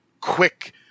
quick